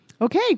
Okay